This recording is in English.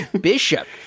Bishop